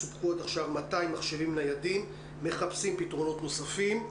סופקו עד עכשיו 200 מחשבים ניידים ומחפשים פתרונות נוספים.